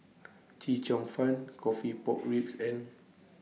Chee Cheong Fun Coffee Pork Ribs and